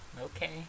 Okay